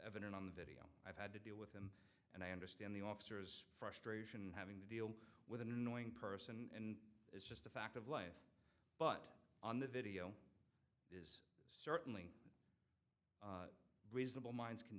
evident on the video i've had to deal with and i understand the officers frustration having to deal with an annoying person and it's just a fact of life but on the video certainly reasonable minds can